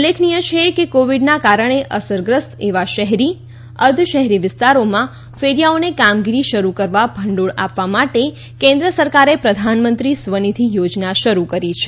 ઉલ્લેખનીય છે કે કોવિડના કારણે અસરગ્રસ્ત એવા શહેરી અર્ધશહેરી વિસ્તારોમાં ફેરીયાઓને કામગીરી શરૂ કરવા ભંડોળ આપવા માટે કેન્દ્ર સરકારે પ્રધાનમંત્રી સ્વનિધિ યોજના શરૂ કરી છે